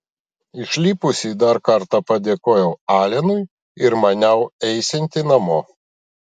išlipusi dar kartą padėkojau alenui ir maniau eisianti namo